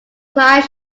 client